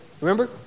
Remember